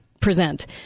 present